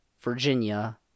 Virginia